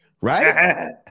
right